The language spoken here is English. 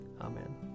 Amen